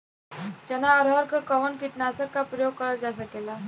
चना अरहर पर कवन कीटनाशक क प्रयोग कर जा सकेला?